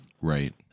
Right